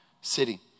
city